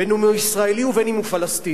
בין שהוא ישראלי ובין שהוא פלסטיני.